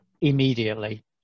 immediately